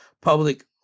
public